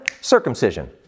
Circumcision